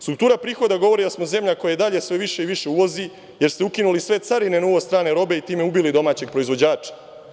Struktura prihoda govori da smo zemlja koja i dalje sve više i više uvozi, jer ste ukinuli sve carine na uvoz strane robe i time ubili domaćeg proizvođača.